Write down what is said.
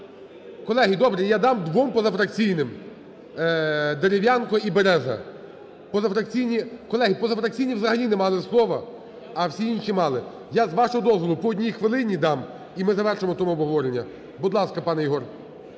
Колеги, добре! Я дам двом позафракційним. Дерев'янко і Береза. Позафракційні. Колеги, позафракційні взагалі не мали слова, а всі інші мали. Я, з вашого дозволу, по одній хвилині дам. І ми завершимо на тому обговорення. Будь ласка, пане Єгор.